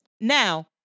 Now